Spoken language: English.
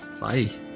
Bye